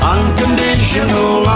Unconditional